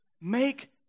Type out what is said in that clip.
make